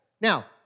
Now